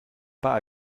pas